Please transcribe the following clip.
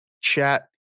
chat